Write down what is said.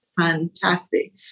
fantastic